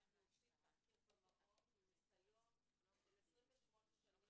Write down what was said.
אנחנו עושים תחקיר במעון עם ניסיון של 28 שנים